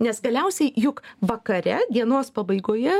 nes galiausiai juk vakare dienos pabaigoje